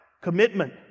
commitment